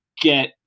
get